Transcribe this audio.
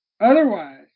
Otherwise